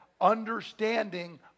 understanding